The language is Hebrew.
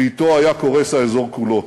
ואתו היה קורס האזור כולו.